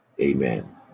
Amen